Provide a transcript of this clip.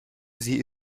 sie